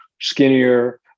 skinnier